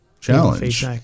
challenge